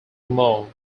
more